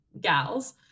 gals